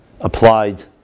applied